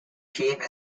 chief